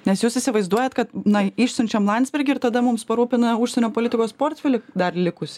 nes jūs įsivaizduojat kad na išsiunčiam landsbergį ir tada mums parūpina užsienio politikos portfelį dar likus